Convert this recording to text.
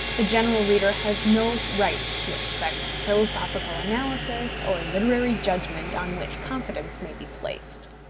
the general reader has no right to expect philosophical analysis, or literary judgment on which confidence may be placed.